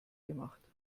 gemacht